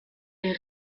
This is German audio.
der